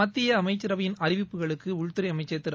மத்திய அமைச்சரவையின் அறிவிப்புகளுக்கு உள்துறை அமைச்சர் திரு